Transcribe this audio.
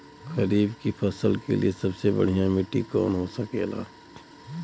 खरीफ की फसल के लिए सबसे बढ़ियां मिट्टी कवन होखेला?